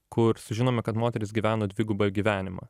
kur sužinome kad moteris gyveno dvigubą gyvenimą